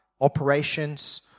operations